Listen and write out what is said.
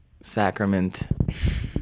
sacrament